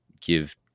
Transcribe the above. give